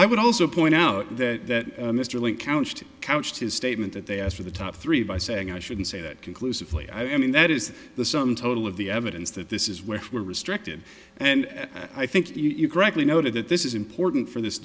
i would also point out that mr link counts two couched his statement that they asked for the top three by saying i shouldn't say that conclusively i mean that is the sum total of the evidence that this is where we're restricted and i think you greatly noted that this is important for this